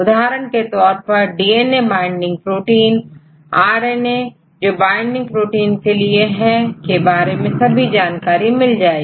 उदाहरण के तौर पर डीएनए बाइंडिंग प्रोटीन RNA जो बाइंडिंग प्रोटीन के लिए है के बारे में सही जानकारी प्राप्त हो जाएगी